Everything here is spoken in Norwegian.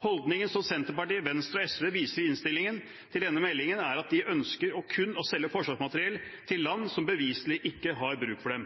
Holdningen som Senterpartiet, Venstre og SV viser i innstillingen til denne meldingen, er at de ønsker kun å selge forsvarsmateriell til land som beviselig ikke har bruk for det.